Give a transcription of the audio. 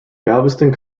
galveston